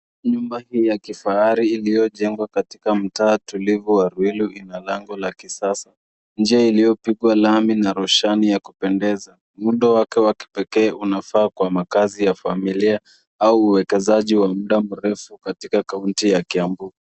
Nyumba hii ya kifahari liyojengwa katika mtaa tulivu wa Ruiru ina lango la kisasa. Njia iliyopigwa lami na rushani ya kupendeza. Muundo wake wa kipekee unafaa kwa makazi ya familia au uwekezaji wa muda mrefu katika kaunti ya Kiambu.